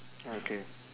okay